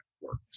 works